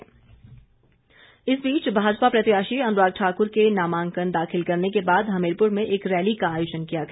मुख्यमंत्री इस बीच भाजपा प्रत्याशी अनुराग ठाक्र के नामांकन दाखिल करने के बाद हमीरपुर में एक रैली का आयोजन किया गया